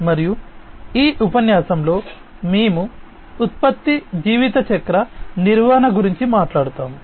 మరియు ఈ ఉపన్యాసంలో మేము ఉత్పత్తి జీవితచక్ర నిర్వహణ గురించి మాట్లాడుతాము